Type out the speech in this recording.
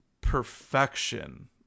perfection